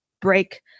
break